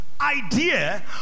idea